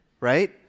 right